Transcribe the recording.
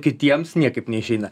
kitiems niekaip neišeina